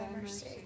mercy